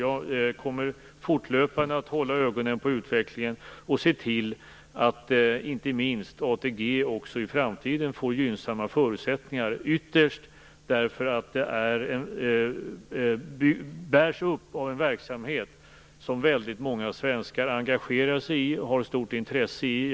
Jag kommer fortlöpande att hålla ögonen på utvecklingen och se till att inte minst ATG också i framtiden får gynnsamma förutsättningar, ytterst därför att det bärs upp av en verksamhet som väldigt många svenskar engagerar sig i och har stort intresse av.